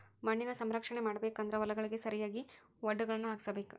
ಮಣ್ಣಿನ ಸಂರಕ್ಷಣೆ ಮಾಡಬೇಕು ಅಂದ್ರ ಹೊಲಗಳಿಗೆ ಸರಿಯಾಗಿ ವಡ್ಡುಗಳನ್ನಾ ಹಾಕ್ಸಬೇಕ